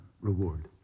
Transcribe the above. reward